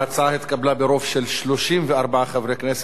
ההצעה להעביר את הצעת חוק למניעת